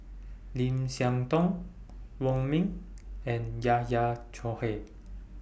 Lim Siah Tong Wong Ming and Yahya Cohen